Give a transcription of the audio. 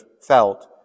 felt